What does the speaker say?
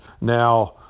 Now